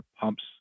pumps